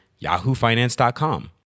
yahoofinance.com